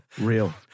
Real